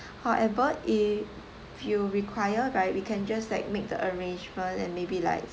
however if you require right we can just like make the arrangement and maybe like